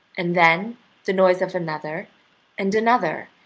and then the noise of another and another,